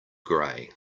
gray